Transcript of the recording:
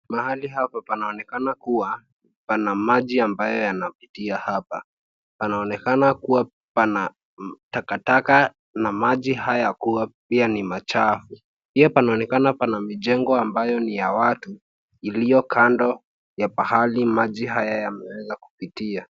Mahali hapa panaonekana kuwa pana maji ambayo yanapitia hapa. Panaonekana kuwa pana takataka na maji haya kuwa pia ni machafu. Pia panaonekana pana mijengo ambayo ni ya watu iliyo kando ya pahali maji haya yameweza kupitia.